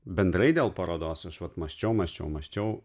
bendrai dėl parodos aš vat mąsčiau mąsčiau mąsčiau